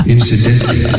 Incidentally